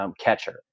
Catcher